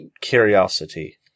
curiosity